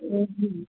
हाँ जी